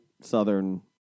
southern